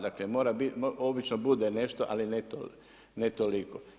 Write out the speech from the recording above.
Dakle, obično bude nešto ali ne toliko.